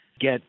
get